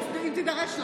אם תידרש לו.